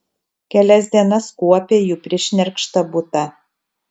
kelias dienas kuopė jų prišnerkštą butą